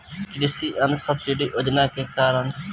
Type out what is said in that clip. कृषि यंत्र सब्सिडी योजना के कारण?